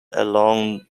along